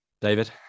David